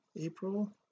April